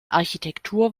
architektur